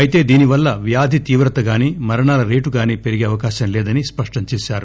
అయితే దీనివల్ల వ్యాధి తీవ్రతగాని మరణాల రేటుగాని పెరిగే అవకాశం లేదని స్పష్టంచేశారు